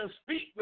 speak